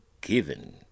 given